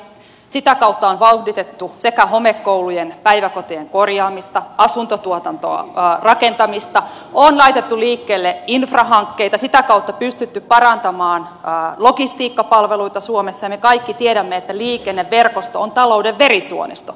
sitä kautta on vauhditettu homekoulujen ja päiväkotien korjaamista asuntorakentamista on laitettu liikkeelle infrahankkeita sitä kautta pystytty parantamaan logistiikkapalveluita suomessa ja me kaikki tiedämme että liikenneverkosto on talouden verisuonisto